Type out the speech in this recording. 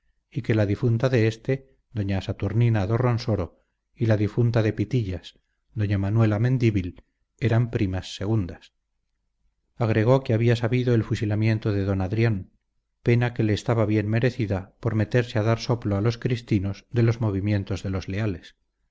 y que la difunta de éste doña saturnina dorronsoro y la difunta de pitillas doña manuela mendívil eran primas segundas agregó que había sabido el fusilamiento de d adrián pena que le estaba bien merecida por meterse a dar soplo a los cristinos de los movimientos de los leales